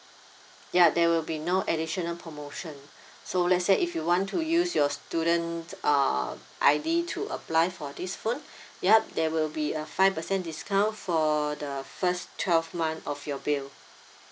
ya there will be no additional promotion so let's say if you want to use your student uh I_D to apply for this phone yup there will be a five percent discount for the first twelve month of your bill